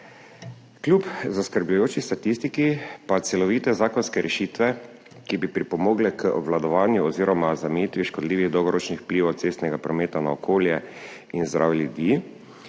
Kljub zaskrbljujoči statistiki pa celovite zakonske rešitve, ki bi pripomogle k obvladovanju oziroma zamejitvi škodljivih dolgoročnih vplivov cestnega prometa na okolje in zdravje ljudi,